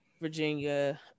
Virginia